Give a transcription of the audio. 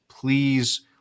Please